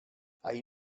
hay